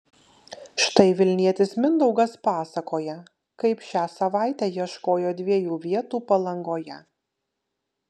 štai vilnietis mindaugas pasakoja kaip šią savaitę ieškojo dviejų vietų palangoje